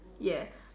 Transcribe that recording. ya